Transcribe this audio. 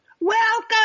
Welcome